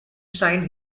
sign